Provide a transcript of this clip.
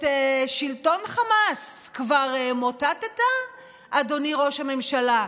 את שלטון חמאס כבר מוטטת, אדוני ראש הממשלה?